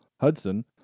Hudson